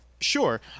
Sure